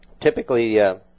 Typically